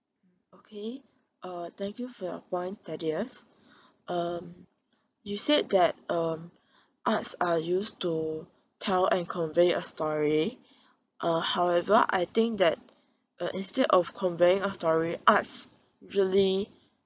okay uh thank you for you point thaddeus um you said that uh arts are used to tell and convey a story or however I think that uh instead of conveying a story arts usually